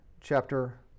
chapter